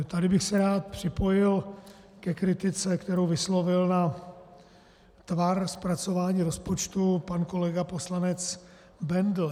Tady bych se rád připojil ke kritice, kterou vyslovil na tvar zpracování rozpočtu pan kolega poslanec Bendl.